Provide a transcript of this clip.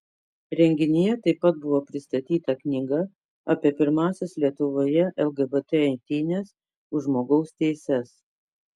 renginyje taip pat buvo pristatyta knyga apie pirmąsias lietuvoje lgbt eitynes už žmogaus teises